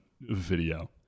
video